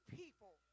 people